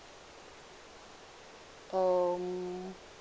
um